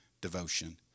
devotion